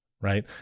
right